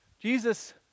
Jesus